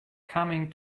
coming